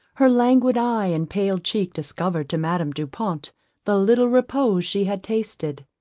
her languid eye and pale cheek discovered to madame du pont the little repose she had tasted.